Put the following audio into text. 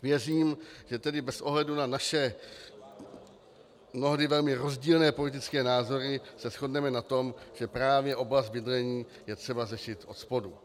Věřím, že bez ohledu na naše mnohdy velmi rozdílné politické názory se shodneme na tom, že právě oblast bydlení je třeba řešit odspodu.